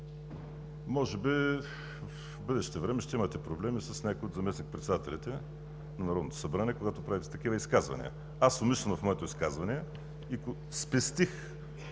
Може би в бъдеще време ще имате проблеми с някой от заместник-председателите на Народното събрание, когато правите такива изказвания. Аз умишлено в моето изказване спестих